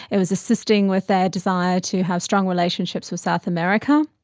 it was assisting with their desire to have strong relationships with south america,